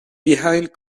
behind